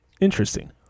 Interesting